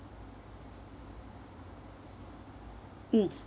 mm